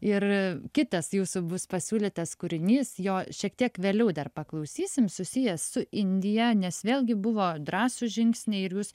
ir kitas jūsų bus pasiūlytas kūrinys jo šiek tiek vėliau dar paklausysim susijęs su indija nes vėlgi buvo drąsūs žingsniai ir jūs